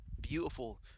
beautiful